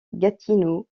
gatineau